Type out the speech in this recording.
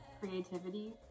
creativity